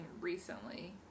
recently